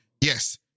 Yes